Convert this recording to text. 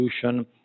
solution